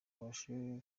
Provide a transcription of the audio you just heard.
ubashe